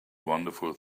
wonderful